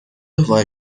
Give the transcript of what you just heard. وای